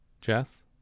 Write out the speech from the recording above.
Jess